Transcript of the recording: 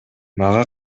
мага